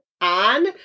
on